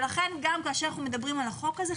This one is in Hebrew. לכן גם כאשר אנחנו מדברים על החוק הזה,